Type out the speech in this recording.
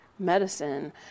medicine